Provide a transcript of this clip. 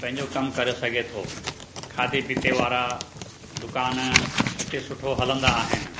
पंहिंजो कमु करे सघे थो खाधे पीते वारा दुकानु हिते सुठो हलंदड़ आहिनि